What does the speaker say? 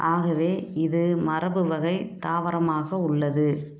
ஆகவே இது மரபுவகை தாவரமாக உள்ளது